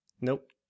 Nope